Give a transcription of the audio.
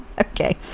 Okay